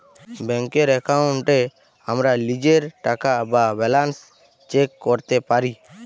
ব্যাংকের এক্কাউন্টে আমরা লীজের টাকা বা ব্যালান্স চ্যাক ক্যরতে পারি